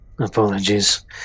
apologies